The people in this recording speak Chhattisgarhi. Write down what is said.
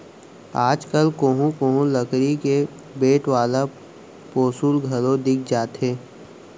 आज कल कोहूँ कोहूँ लकरी के बेंट वाला पौंसुल घलौ दिख जाथे